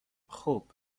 خوب